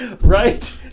right